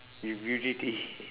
with